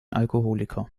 alkoholiker